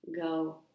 go